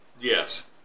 Yes